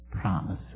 promises